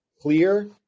clear